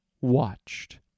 watched